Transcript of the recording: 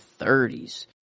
30s